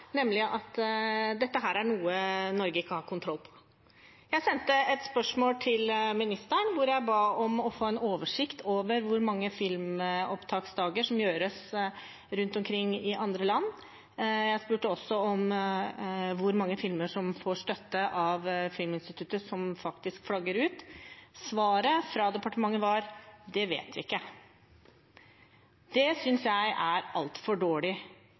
nemlig at dette er noe Norge ikke har kontroll på. Jeg sendte et spørsmål til ministeren hvor jeg ba om å få en oversikt over hvor mange filmopptaksdager som gjøres rundt omkring i andre land. Jeg spurte også om hvor mange filmer som får støtte av Filminstituttet som faktisk flagger ut. Svaret fra departementet var: Det vet vi ikke. Det synes jeg er altfor dårlig